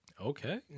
Okay